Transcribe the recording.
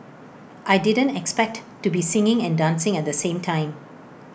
I didn't expect to be singing and dancing at the same time